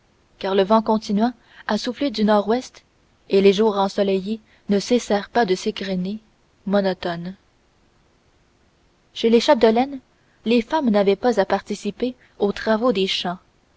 car le vent continua à souffler du nord-ouest et les jours ensoleillés ne cessèrent pas de s'égrener monotones chez les chapdelaine les femmes n'avaient pas à participer aux travaux des champs